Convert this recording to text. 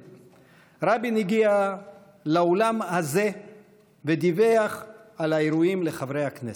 רבין הגיע לאולם הזה ודיווח על האירועים לחברי הכנסת.